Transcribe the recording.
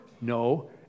No